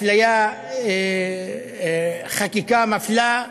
חקיקה מפלה,